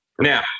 Now